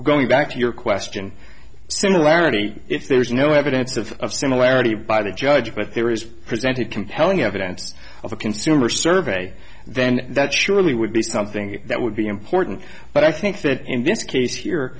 going back to your question similarity if there's no evidence of similarity by the judge but there is presented compelling evidence of a consumer survey then that surely would be something that would be important but i think that in this case here